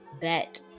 bet